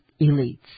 elites